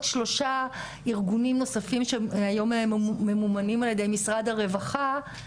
שלושה ארגונים נוספים שהיום ממומנים על ידי משרד הרווחה,